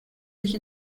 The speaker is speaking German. sich